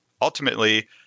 Ultimately